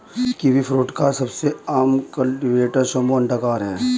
kiwifruit का सबसे आम कल्टीवेटर समूह अंडाकार है